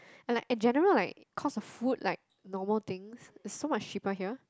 and like in general like cost of food like normal things is so much cheaper here